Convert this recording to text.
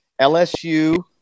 LSU